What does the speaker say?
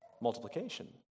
multiplication